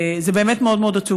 זה באמת מאוד מאוד עצוב,